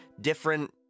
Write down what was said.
different